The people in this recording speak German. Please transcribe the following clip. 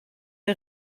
der